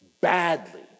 badly